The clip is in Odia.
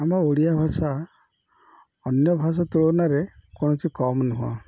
ଆମ ଓଡ଼ିଆ ଭାଷା ଅନ୍ୟ ଭାଷା ତୁଳନାରେ କୌଣସି କମ୍ ନୁହଁ